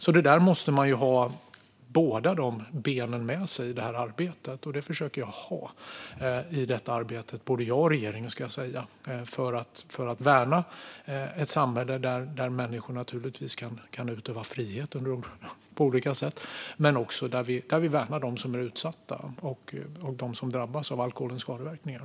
Därför måste man ha båda dessa ben med sig i arbetet, och det försöker både jag och regeringen ha för att värna ett samhälle där människor naturligtvis kan utöva frihet på olika sätt men där vi också värnar dem som är utsatta och dem som drabbas av alkoholens skadeverkningar.